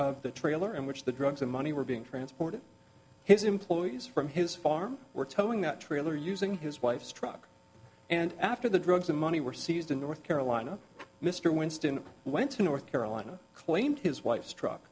of the trailer in which the drugs and money were being transported his employees from his farm were towing that trailer using his wife's truck and after the drugs and money were seized in north carolina mr winston went to north carolina claimed his wife's truck